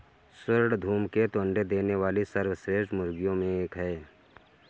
स्वर्ण धूमकेतु अंडे देने वाली सर्वश्रेष्ठ मुर्गियों में एक है